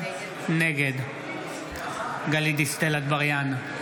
נגד גלית דיסטל אטבריאן,